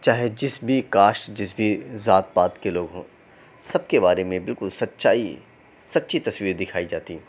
چاہے جس بھی کاسٹ جس بھی ذات پات کے لوگ ہوں سب کے بارے میں بالکل سچائی سچی تصویر دکھائی جاتی